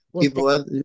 People